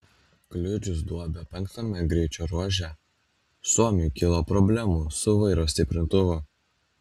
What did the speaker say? kliudžius duobę penktame greičio ruože suomiui kilo problemų su vairo stiprintuvu